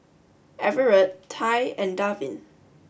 Everet Tye and Darvin